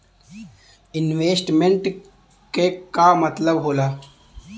Investment क का मतलब हो ला?